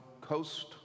coast